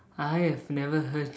I have never heard